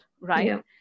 right